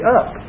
up